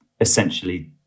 essentially